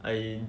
I